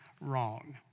wrong